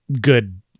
good